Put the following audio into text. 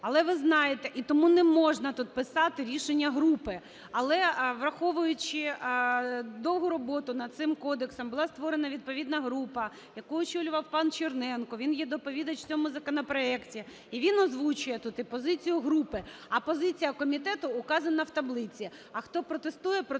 Але ви знаєте, і тому не можна тут писати рішення групи. Але, враховуючи довгу роботу над цим кодексом, була створена відповідна група, яку очолював пан Черненко, він є доповідач в цьому законопроекті, і він озвучує тут і позицію групи. А позиція комітету вказана в таблиці.